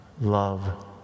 love